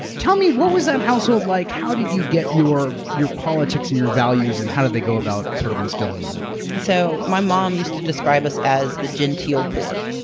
tell me, what was that household like? how did you get your your politics and your values? and how did they go about sort of instilling those? so, my mom used to describe us as the genteel poor.